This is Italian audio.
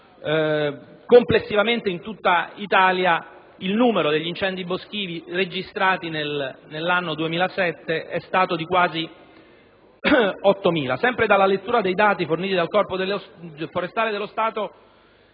Complessivamente in tutta Italia il numero degli incendi boschivi registrati nel 2007 è stato di quasi 8.000. Sempre dalla lettura dei dati forniti dal Corpo forestale dello Stato